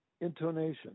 intonation